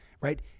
right